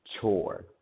chore